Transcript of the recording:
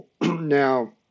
now